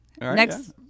Next